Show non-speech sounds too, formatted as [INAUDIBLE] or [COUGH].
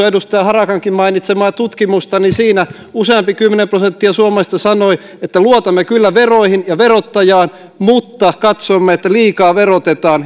[UNINTELLIGIBLE] edustaja harakankin mainitsemaa tutkimusta niin siinä useampi kymmenen prosenttia suomalaisista sanoi että luotamme kyllä veroihin ja verottajaan mutta katsomme että liikaa verotetaan [UNINTELLIGIBLE]